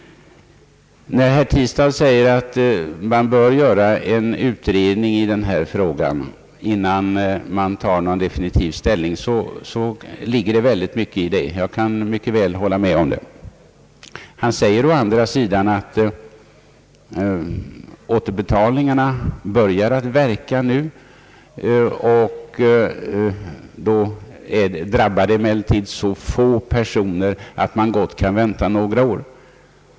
Herr Tistad säger att man bör göra en utredning i denna fråga innan man tar definitiv ställning. Det ligger mycket i detta, och jag kan hålla med om det. Han säger också att återbetalningarna börjar verka nu men att de drabbar så få personer att man gott kan vänta några år.